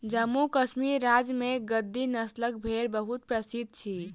जम्मू कश्मीर राज्य में गद्दी नस्लक भेड़ बहुत प्रसिद्ध अछि